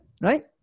right